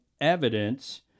evidence